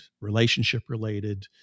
relationship-related